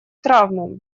травмам